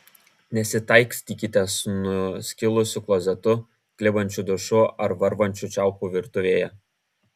nesitaikstykite su nuskilusiu klozetu klibančiu dušu ar varvančiu čiaupu virtuvėje